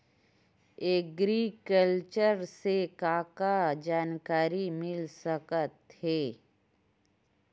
Agriculture से का का जानकारी मिल सकत हे?